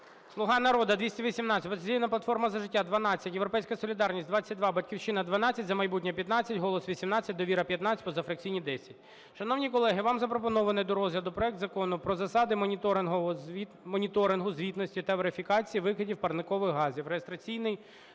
платформа - За життя" – 12, "Європейська солідарність" – 22, "Батьківщина" – 12, "За майбутнє" – 15, "Голос" – 18, "Довіра" – 15, позафракційні – 10. Шановні колеги, вам запропонований до розгляду проект Закону про засади моніторингу, звітності та верифікації викидів парникових газів (реєстраційний